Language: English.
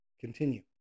Continue